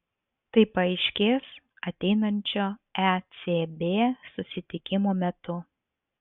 tai paaiškės ateinančio ecb susitikimo metu